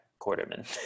Quarterman